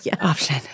option